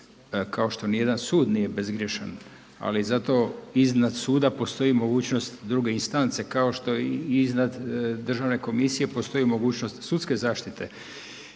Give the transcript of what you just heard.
kao što nijedan sud nije bezgrješan, ali zato iznad suda postoji mogućnost druge instance kao što i iznad državne komisije postoji mogućnost sudske zaštite.